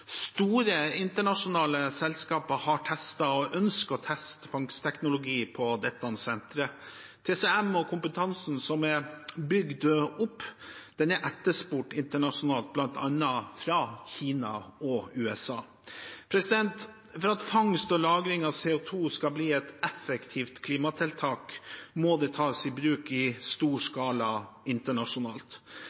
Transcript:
Store internasjonale selskaper har testet, og ønsker å teste, fangstteknologi på dette senteret. TCM og kompetansen som er bygd opp, er etterspurt internasjonalt, bl.a. fra Kina og USA. For at fangst og lagring av CO 2 skal bli et effektivt klimatiltak, må det tas i bruk i stor skala internasjonalt.